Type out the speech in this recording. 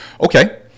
Okay